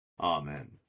Amen